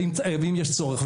ואם יש צורך.